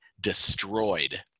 destroyed